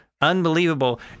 Unbelievable